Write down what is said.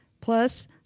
Plus